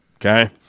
okay